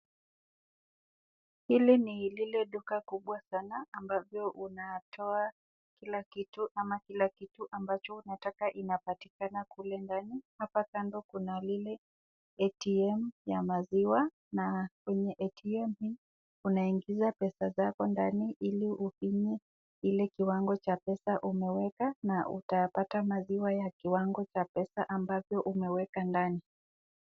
Hili ni lile duka kubwa sana ambavyo unatoa kila kitu ama kila kitu ambacho unataka inapatikana kule ndani. Hapa kando kuna lile ATM ya maziwa na kwenye ATM hii unaingiza pesa zako ndani ili ufinye ile kiwango cha pesa unaweka na utapata maziwa ya kiwango cha pesa ambavyo umeweka ndani.